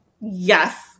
yes